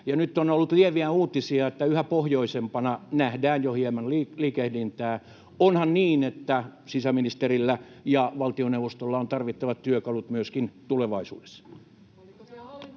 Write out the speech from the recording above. nyt on ollut lieviä uutisia, että yhä pohjoisempana nähdään jo hieman liikehdintää: onhan niin, että sisäministerillä ja valtioneuvostolla on tarvittavat työkalut myöskin tulevaisuudessa?